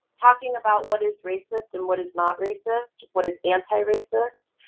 talking about what is racist and what is not racist, what is anti-racist,